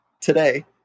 today